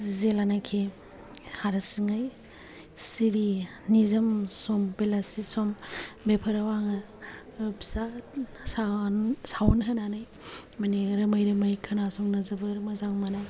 जेब्लानोखि हारसिङै सिरि निजोम सम बेलासि सम बेफोराव आङो फिसा साउन्ड होनानै माने रोमै रोमै खोनासंनो जोबोद मोजां मोनो